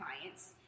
clients